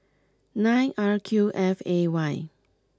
nine R Q F A Y